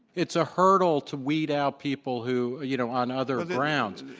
it's a hurdle to weed out people who you know, on other grounds.